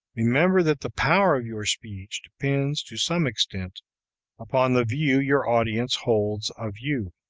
remember that the power of your speech depends to some extent upon the view your audience holds of you.